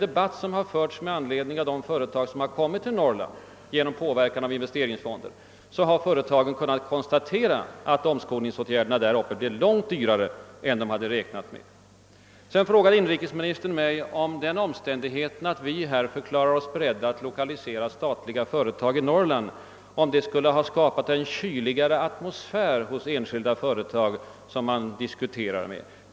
Åtskilliga företag som har kommit till Norrland genom bidrag från investeringsfonderna har uppgivit att omskolningsåtgärderna blivit långt dyrare än de räknat med. Inrikesministern frågade = slutligen mig om jag menade att den omständigheten inrikesministern förklarat sig vilja lokalisera statliga företag i Norrland skulle ha skapat »en kyligare atmosfär» hos enskilda företag som man diskuterar lokaliseringsproblem med.